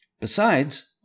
Besides